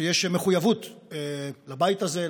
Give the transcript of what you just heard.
שיש מחויבות לבית הזה,